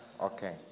Okay